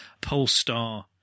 Polestar